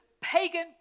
pagan